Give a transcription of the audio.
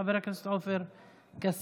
חבר הכנסת עופר כסיף,